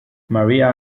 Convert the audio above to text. maria